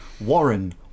Warren